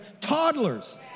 Toddlers